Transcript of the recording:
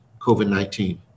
COVID-19